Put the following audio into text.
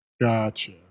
Gotcha